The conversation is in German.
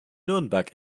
nürnberg